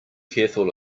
careful